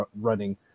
running